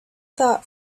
thought